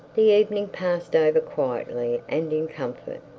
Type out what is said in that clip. the evening passed over quietly and in comfort.